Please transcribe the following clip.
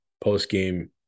post-game